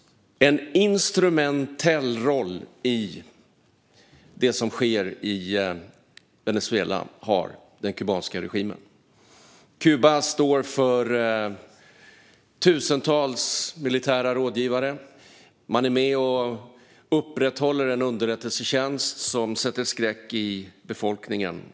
En instrumentell roll i det som sker i Venezuela har den kubanska regimen. Kuba står för tusentals militära rådgivare. Man är med och upprätthåller en underrättelsetjänst som sätter skräck i befolkningen.